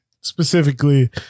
specifically